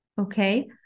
okay